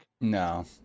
No